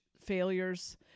failures